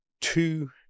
two